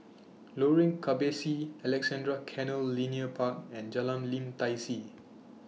Lorong Kebasi Alexandra Canal Linear Park and Jalan Lim Tai See